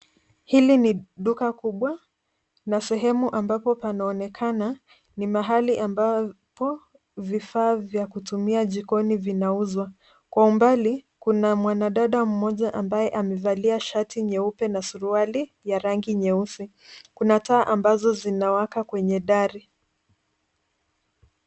Hili ni duka kubwa, na sehemu ambapo panaonekana ni mahali ambapo, vifaa vya kutumia jikoni vinauzwa. Kwa umbali, kuna mwanadada mmoja ambaye amevalia shati nyeupe na suruali, ya rangi nyeusi. Kuna taa ambazo zinawaka kwenye dari.